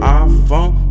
iPhone